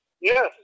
Yes